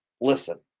listen